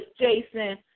Jason